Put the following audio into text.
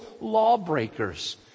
lawbreakers